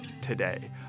today